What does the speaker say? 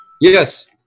Yes